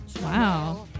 Wow